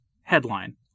Headline